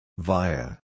Via